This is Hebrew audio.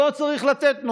איפה שלא צריך לתת,